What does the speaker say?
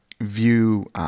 view